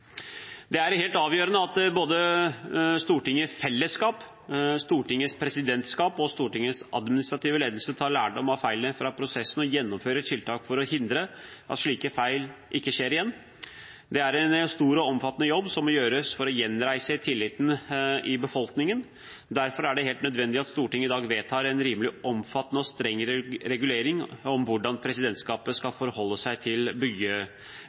Det er helt avgjørende at både Stortinget i fellesskap, Stortingets presidentskap og Stortingets administrative ledelse tar lærdom av feilene fra prosessen, og gjennomfører tiltak for å hindre at slike feil skjer igjen. Det er en stor og omfattende jobb som må gjøres for å gjenreise tilliten i befolkningen. Derfor er det helt nødvendig at Stortinget i dag vedtar en rimelig omfattende og streng regulering av hvordan presidentskapet skal forholde seg til